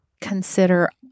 consider